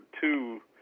two